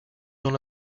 dans